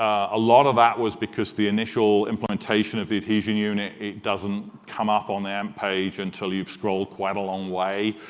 a lot of that was because the initial implementation of the adhesion unit doesn't come up on the amp page until you've scrolled quite a long way.